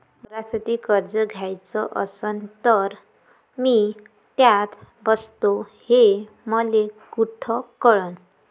वावरासाठी कर्ज घ्याचं असन तर मी त्यात बसतो हे मले कुठ कळन?